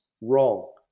wrong